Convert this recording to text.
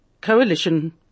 coalition